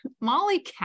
Molly